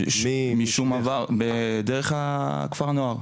דרך כפר הנוער,